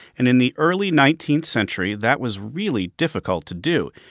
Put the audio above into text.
and in the early nineteenth century, that was really difficult to do.